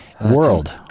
World